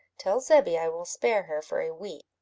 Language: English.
tell zebby i will spare her for a week,